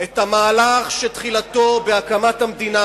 את המהלך שתחילתו בהקמת המדינה,